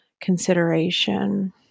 consideration